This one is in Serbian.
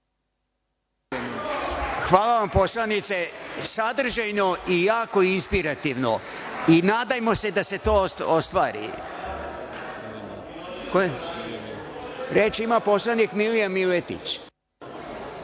Hvala vam poslanice. Sadržajno i jako inspirativno i nadajmo se da se to ostvari. Reč ima poslanik Milija Miletić.